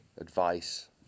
advice